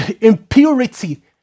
impurity